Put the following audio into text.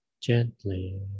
gently